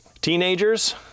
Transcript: teenagers